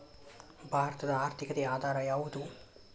ಭಾರತದ ಆರ್ಥಿಕತೆಯ ಆಧಾರ ಯಾವುದು?